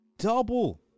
Double